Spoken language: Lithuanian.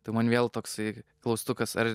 tai man vėl toksai klaustukas ar